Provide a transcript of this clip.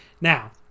Now